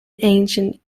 ancient